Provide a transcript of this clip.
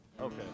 Okay